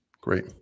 Great